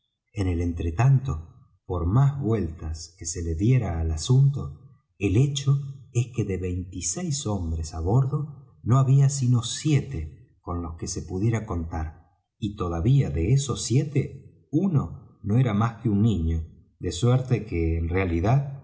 en el entretanto por más vueltas que se le diera al asunto el hecho es que de veintiséis hombres á bordo no había sino siete con los que se pudiera contar y todavía de esos siete uno no era más que un niño de suerte que en realidad